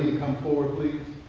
come forward please.